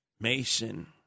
Mason